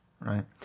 right